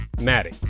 Maddie